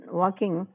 walking